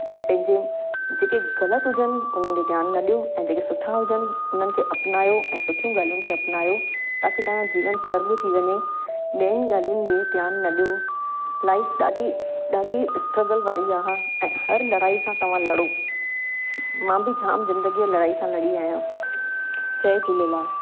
ऐं पंहिंजे जेके ग़लति हुजनि उन ॾे ध्यानु न ॾियो ऐं जेके सुठा हुजनि उन्हनि खे अपनायो ऐं सुठियूं ॻाल्हियुनि खे अपनायो ताकी तव्हांजो जीवन सुर्गु थी वञे ॿियनि ॻाल्हियुनि ॾे ध्यानु न ॾियो लाइफ ॾाढी ॾाढी स्ट्रगल वारी आहे ऐं हर लड़ाई सां तव्हां लड़ो मां बि जाम जिंदगीअ जी लड़ाई सां लड़ी आहियां जय झूलेलाल